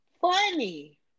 funny